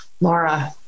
Laura